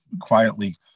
quietly